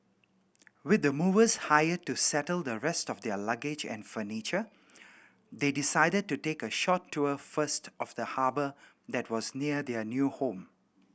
with the movers hired to settle the rest of their luggage and furniture they decided to take a short tour first of the harbour that was near their new home